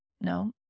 No